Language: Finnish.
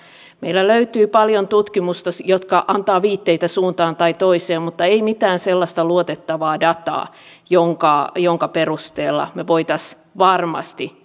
meillä löytyy paljon tutkimusta joka antaa viitteitä suuntaan tai toiseen mutta ei mitään sellaista luotettavaa dataa jonka jonka perusteella me voisimme varmasti